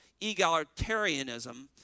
egalitarianism